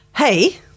Hey